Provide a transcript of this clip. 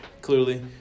clearly